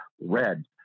red